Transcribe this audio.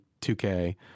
2K